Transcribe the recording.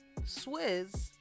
Swizz